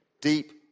deep